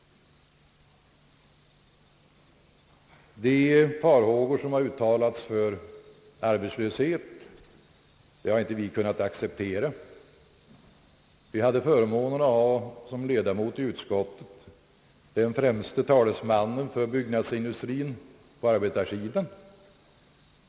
Farhågor för arbetslöshet har uttalats. Reservanterna har inte kunnat acceptera sådana tankegångar. Vi hade förmånen att som ledamot i utskottet ha den främste talesmannen för byggnadsindustrien på arbetarsidan.